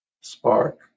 spark